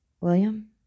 William